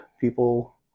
people